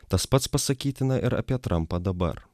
tas pats pasakytina ir apie trampą dabar